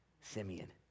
Simeon